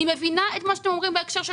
אני מבינה את מה שאתם אומרים בהקשר של